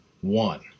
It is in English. One